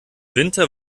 winter